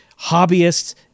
hobbyists